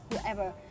whoever